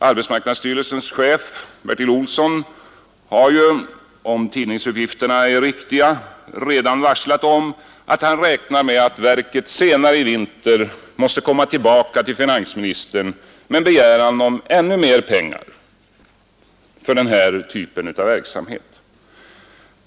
Arbetsmarknadsstyrelsens chef, Bertil Olsson, har ju — om tidningsuppgifterna är riktiga — redan varslat om att han räknar med att verket senare i vinter måste komma tillbaka till finansministern med en begäran om ännu mer pengar för den här typen av verksamhet.